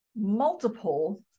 multiple